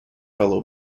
fellow